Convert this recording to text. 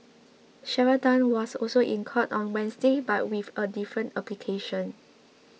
Sharon Tan was also in court on Wednesday but with a different application